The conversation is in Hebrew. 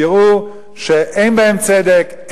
תראו שאין בהם צדק,